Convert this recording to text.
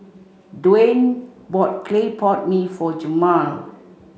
Dwayne bought Clay Pot Mee for Jemal